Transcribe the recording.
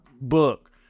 book